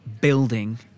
building